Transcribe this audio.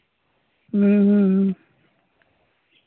ᱦᱮᱸ ᱦᱮᱸ ᱦᱮᱸ